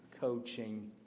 coaching